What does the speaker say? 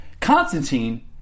Constantine